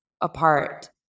apart